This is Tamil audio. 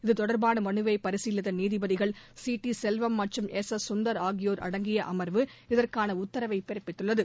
இதுதொடர்பான மனுவை பரிசீலித்த நீதிபதிகள் சி டி செல்வம் மற்றும் எஸ் எஸ் சுந்தர் ஆகியோர் அடங்கிய அமர்வு இதற்கான உத்தரவைப் பிறப்பித்துள்ளது